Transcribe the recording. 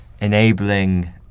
enabling